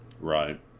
Right